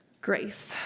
grace